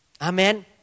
Amen